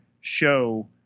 show